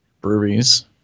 Breweries